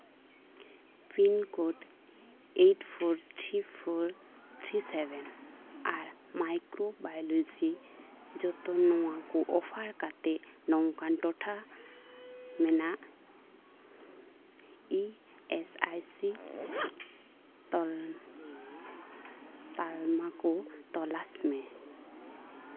pin code eight four three four three seven ᱟᱨ microbiology ᱡᱚᱛᱚ ᱱᱚᱣᱟ ᱠᱚ ᱚᱯᱷᱟᱨ ᱠᱟᱛᱮ ᱱᱚᱝᱠᱟᱱ ᱴᱚᱴᱷᱟ ᱢᱮᱱᱟᱜ ᱤ ᱮᱹᱥ ᱟᱭ ᱥᱤ ᱛᱚᱞ ᱛᱟᱞᱢᱟ ᱠᱚ ᱛᱚᱞᱟᱥ ᱢᱮ